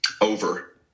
over